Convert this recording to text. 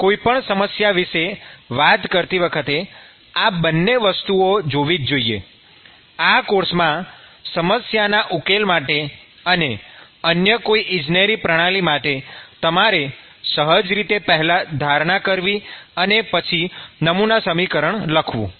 કોઈ પણ સમસ્યા વિષે વાત કરતી વખતે આ બંને વસ્તુઓને જોવી જ જોઈએ આ કોર્સમાં સમસ્યાના ઉકેલ માટે અને અન્ય કોઈ ઈજનેરી પ્રણાલી માટે તમારે સહજ રીતે પેહલા ધારણા કરવી અને પછી નમૂના સમીકરણ લખવું